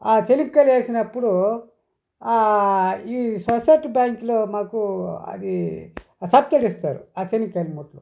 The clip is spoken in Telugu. ఆ సెనగకాయలు వేసినపుడు ఈ సొసైటీ బ్యాంకులో మాకు అది సబ్సిడీ ఇస్తారు ఆ చెనిక్కాయల పంటలో